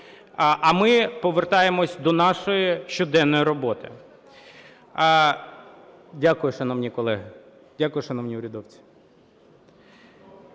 А ми повертаємось до нашої щоденної роботи.